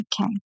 Okay